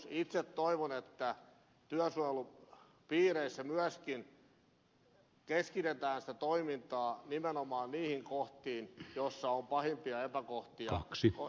itse toivon että työsuojelupiireissä myöskin keskitetään sitä toimintaa nimenomaan niihin kohtiin joissa on pahimpia epäkohtia